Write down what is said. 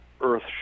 earth